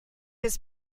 his